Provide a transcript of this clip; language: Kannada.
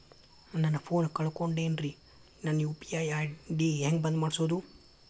ನನ್ನ ಫೋನ್ ಕಳಕೊಂಡೆನ್ರೇ ನನ್ ಯು.ಪಿ.ಐ ಐ.ಡಿ ಹೆಂಗ್ ಬಂದ್ ಮಾಡ್ಸೋದು?